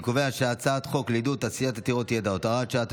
אני קובע שהצעת חוק לעידוד תעשייה עתירת ידע (הוראת שעה),